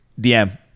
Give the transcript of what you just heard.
DM